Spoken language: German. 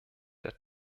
der